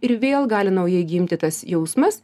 ir vėl gali naujai gimti tas jausmas